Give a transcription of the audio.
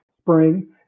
spring